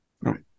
Right